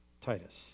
Titus